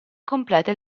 completa